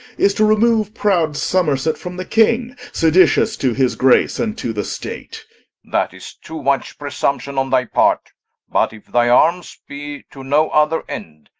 is to remoue proud somerset from the king, seditious to his grace, and to the state that is too much presumption on thy part but if thy armes be to no other end,